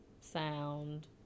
Sound